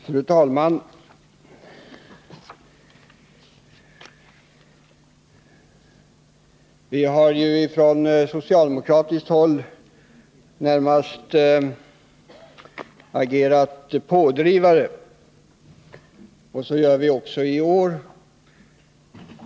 Fru talman! I den här frågan har vi socialdemokrater närmast agerat som pådrivare, och det gör vi också i år.